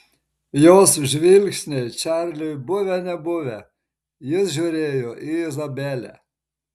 jos žvilgsniai čarliui buvę nebuvę jis žiūrėjo į izabelę